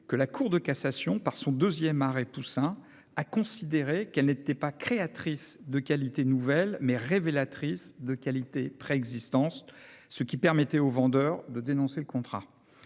que la Cour de cassation, par son deuxième arrêt Poussin, a considéré qu'elle n'était pas créatrice de qualités nouvelles, mais révélatrice de qualités préexistantes, ce qui permettait au vendeur de dénoncer le contrat.